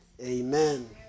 Amen